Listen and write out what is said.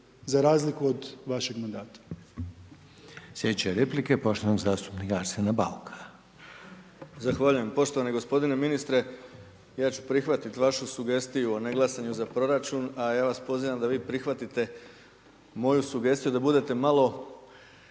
Željko (HDZ)** Sljedeća replika je poštovanog zastupnika Arsena Bauka. **Bauk, Arsen (SDP)** Zahvaljujem poštovani g. ministre. Ja ću prihvatiti vašu sugestiju a ne glasanje za proračun, a ja vas pozivam da vi prihvatite moju sugestiju da budete malo